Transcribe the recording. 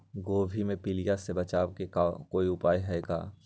गोभी के पीलिया से बचाव ला कोई उपाय है का?